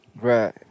right